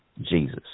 Jesus